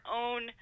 own